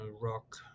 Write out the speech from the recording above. rock